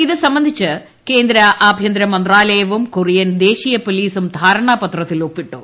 ഇത് സംബന്ധിച്ച് കേന്ദ്ര ആഭ്യന്തര മന്ത്രാലയവും കൊറിയൻ ദേശീയ പൊലീസും ധാരണാപത്രത്തിൽ ഒപ്പിട്ടു